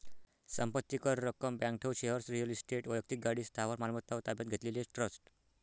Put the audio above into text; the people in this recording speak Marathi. संपत्ती कर, रक्कम, बँक ठेव, शेअर्स, रिअल इस्टेट, वैक्तिक गाडी, स्थावर मालमत्ता व ताब्यात घेतलेले ट्रस्ट